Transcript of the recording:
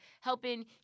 helping